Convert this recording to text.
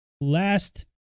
Last